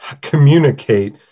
communicate